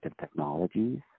technologies